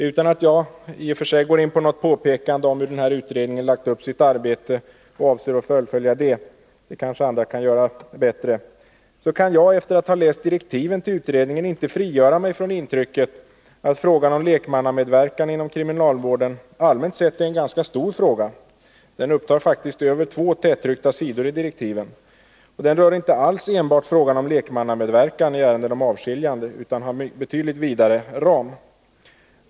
Utan att jag i och för sig går in på något påpekande om hur utredningen har lagt upp sitt arbete och avser att fullfölja det — det kanske andra kan göra bättre — kan jag efter att ha läst direktiven till utredningen inte frigöra mig från intrycket att frågan om lekmannamedverkan inom kriminalvården allmänt sett är en ganska stor fråga — den upptar över två tättryckta sidor i direktiven — som inte alls enbart rör frågan om lekmannamedverkan i ärenden om avskiljande utan har betydligt vidare ram.